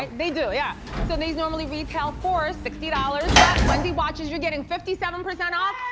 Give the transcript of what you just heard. they they do, yeah. so these normally retail for sixty dollars, but wendy watchers, you're getting fifty seven percent off.